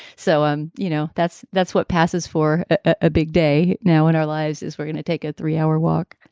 so, um you know, that's that's what passes for a big day now in our lives is we're going to take a three hour walk